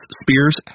spears